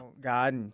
God